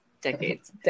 Decades